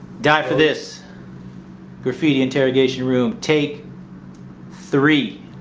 die for this graffiti interrogation room take three